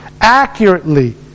Accurately